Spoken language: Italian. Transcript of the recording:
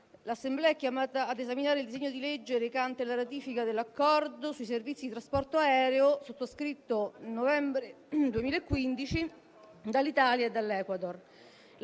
l'Assemblea è chiamata a esaminare il disegno di legge recante la ratifica dell'Accordo sui servizi di trasporto aereo sottoscritto nel novembre del 2015 dall'Italia e dall'Ecuador,